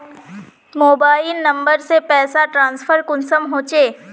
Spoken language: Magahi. मोबाईल नंबर से पैसा ट्रांसफर कुंसम होचे?